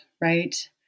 right